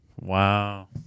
Wow